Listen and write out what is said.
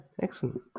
Excellent